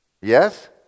Yes